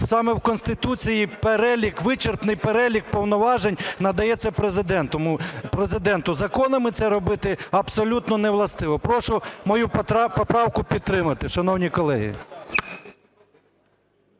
саме в Конституції перелік, вичерпний перелік повноважень надається Президенту, законами це робити абсолютно не властиво. Прошу мою поправку підтримати, шановні колеги.